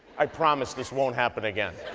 i promise this won't happen again.